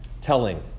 telling